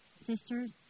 sisters